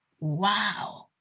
wow